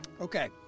Okay